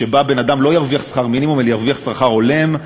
שבה בן-אדם לא ירוויח שכר מינימום אלא ירוויח שכר הולם,